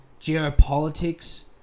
geopolitics